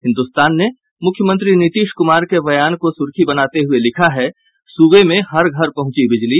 हिन्दुस्तान ने मुख्यमंत्री नीतीश कुमार के बयान को सुर्खी बनाते हुये लिखा है सूबे में हर घर पहुंची बिजली